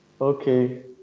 Okay